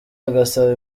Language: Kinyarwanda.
agasaba